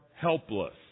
Helpless